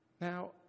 Now